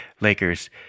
lakers